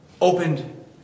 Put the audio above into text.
opened